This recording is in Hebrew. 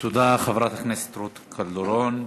תודה, חברת הכנסת רות קלדרון.